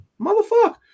motherfucker